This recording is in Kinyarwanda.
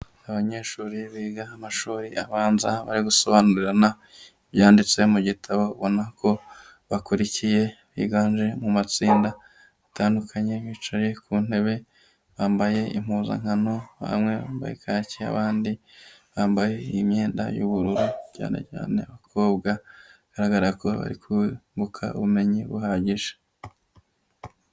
Abanyeshuri biga amashuri abanza bari gusobanurarina ibyanditse mu gitabo, ubona ko bakurikiye yiganje mu matsinda atandukanye, bicaye ku ntebe, bambaye impuzankano, bamwe bambaye kaki, abandi bambaye imyenda y'ubururu cyane cyane abakobwa, bigaragara ko bari kunguka ubumenyi buhagije.